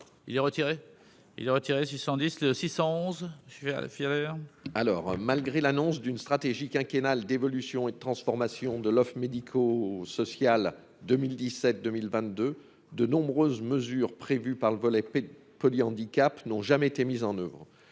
le 611 je suis à la. Alors, malgré l'annonce d'une stratégie quinquennale d'évolution et de transformation de l'offre médico-social 2017, 2022, de nombreuses mesures prévues par le volet poly-handicap n'ont jamais été mise en oeuvre